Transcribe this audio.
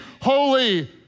holy